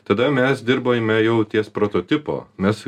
tada mes dirbome jau ties prototipo mes